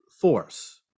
force